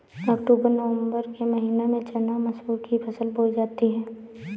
अक्टूबर नवम्बर के महीना में चना मसूर की फसल बोई जाती है?